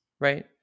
right